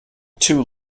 too